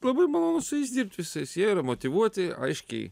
labai malonu su jais dirbti visais jie yra motyvuoti aiškiai